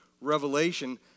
Revelation